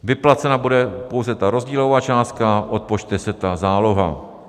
Vyplacena bude pouze ta rozdílová částka, odpočte se ta záloha.